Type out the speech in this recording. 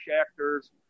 actors